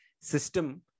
system